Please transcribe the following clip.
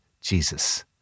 Jesus